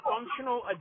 functional